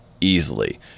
easily